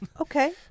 Okay